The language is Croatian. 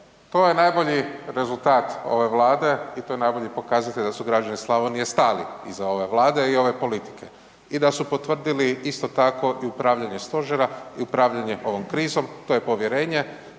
To je najbolji rezultat ove Vlade i to je najbolji pokazatelj da su građani Slavonije stali iza ove Vlade i ove politike i da su potvrdili, isto tako i upravljanje Stožera i upravljanje ovom krizom, to je povjerenje,